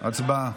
הצבעה.